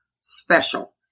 special